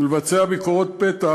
ולבצע ביקורות פתע